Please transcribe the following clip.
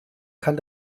kann